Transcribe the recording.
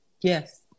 Yes